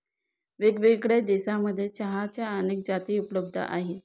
वेगळ्यावेगळ्या देशांमध्ये चहाच्या अनेक जाती उपलब्ध आहे